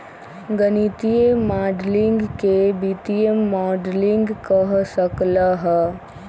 गणितीय माडलिंग के वित्तीय मॉडलिंग कह सक ल ह